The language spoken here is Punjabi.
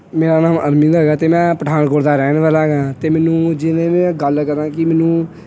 ਮੇਰਾ ਨਾਮ ਅਰਵਿੰਦ ਹੈਗਾ ਅਤੇ ਮੈਂ ਪਠਾਨਕੋਟ ਦਾ ਰਹਿਣ ਵਾਲਾ ਹੈਗਾ ਅਤੇ ਮੈਨੂੰ ਜਿਵੇਂ ਮੈਂ ਗੱਲ ਕਰਾਂ ਕਿ ਮੈਨੂੰ